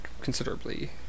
considerably